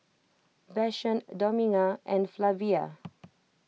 Vashon Dominga and Flavia